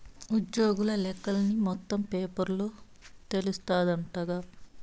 ఉజ్జోగుల లెక్కలన్నీ మొత్తం పేరోల్ల తెలస్తాందంటగా